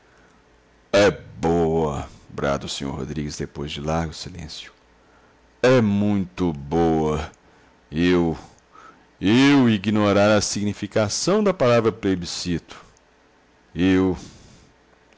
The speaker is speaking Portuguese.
boa brada o senhor rodrigues depois de largo silêncio é muito boa eu eu ignorar a significação da palavra plebiscito eu